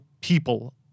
people